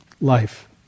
Life